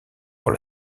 pour